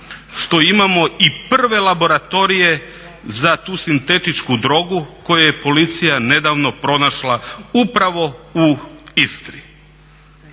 što imamo i prve laboratorije za tu sintetičku drogu koju je policija nedavno pronašla upravo u Istri.